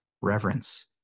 Reverence